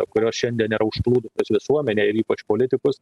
kurios šiandien yra užplūdusios visuomenę ir ypač politikus